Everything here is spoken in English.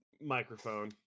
microphone